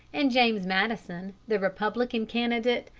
and james madison, the republican candidate,